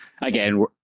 again